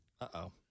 Uh-oh